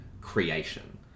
creation